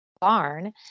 barn